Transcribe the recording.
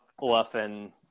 often